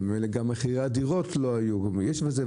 וממילא גם מחירי הדירות לא היו --- יש עם זה,